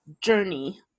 Journey